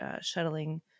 shuttling